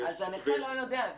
אז הנכה לא יודע.